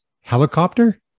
helicopter